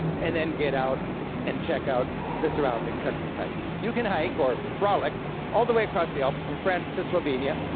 and then get out and check out the surrounding countryside. you can hike or frolic all the way across the alps, from france to slovenia,